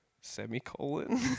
semicolon